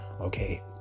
okay